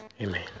Amen